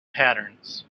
patterns